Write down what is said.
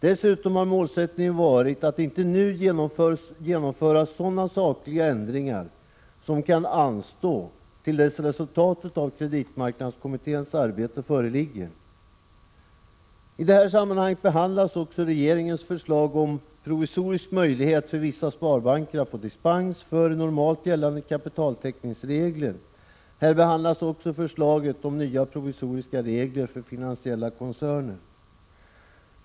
Dessutom har målsättningen varit att inte nu genomföra sådana sakliga ändringar som kan anstå till dess resultatet av kreditmarknadskommitténs arbete föreligger. I det här sammanhanget behandlas också regeringens förslag om provisorisk möjlighet för vissa sparbanker att få dispens från normalt gällande kapitaltäckningsregler. Här behandlas också förslaget om nya provisoriska regler för finansiella koncerner.